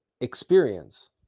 experience